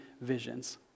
visions